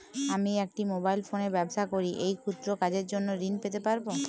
আমি একটি মোবাইল ফোনে ব্যবসা করি এই ক্ষুদ্র কাজের জন্য ঋণ পেতে পারব?